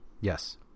Yes